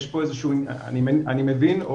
אני מבין,